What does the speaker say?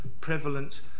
prevalent